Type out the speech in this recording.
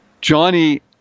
Johnny